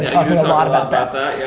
a a lot about that, yeah.